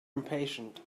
impatient